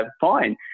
Fine